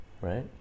right